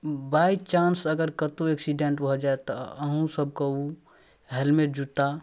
by chance अगर कतहु accident भऽ जाएत तऽ अहूँसभके ओ हेलमेट जुत्ता